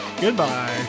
Goodbye